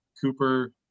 Cooper